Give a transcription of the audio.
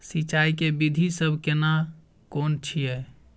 सिंचाई के विधी सब केना कोन छिये?